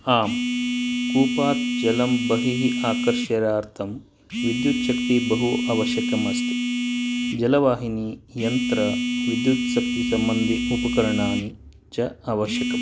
आम् कूपात् जलं बहिः आकर्षणार्थं विद्युत्शक्तिः बहु आवश्यकम् अस्ति जलवाहिनी यन्त्रविद्युत्शक्तिसम्बन्धि उपकरणानि च आवश्यकं